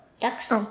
Ducks